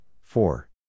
four